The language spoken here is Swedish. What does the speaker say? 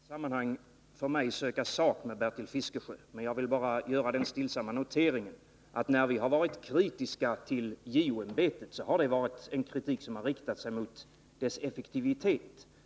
Fru talman! Det finns ingen större anledning för mig att i detta sammanhang söka sak med Bertil Fiskesjö. Jag vill bara göra den stillsamma noteringen att när vi har varit kritiska till JO-ämbetet, så har det varit en kritik som har riktat sig mot dess effektivitet.